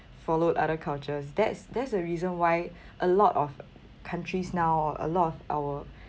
followed other cultures that's there's a reason why a lot of countries now a lot of our